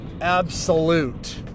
absolute